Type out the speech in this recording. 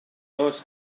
dos